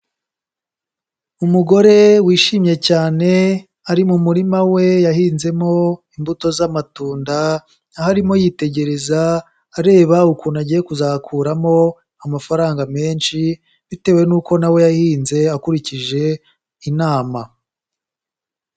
Umugore wishimye cyane ari mu murima we yahinzemo imbuto z'amatunda, aho arimo yitegereza areba ukuntu agiye kuzakuramo amafaranga menshi, bitewe n'uko nawe yahinze akurikije inama.